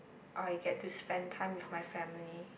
I get to spend time with my family